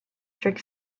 strict